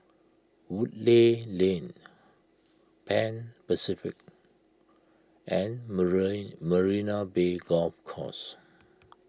Woodleigh Lane Pan Pacific and Marie Marina Bay Golf Course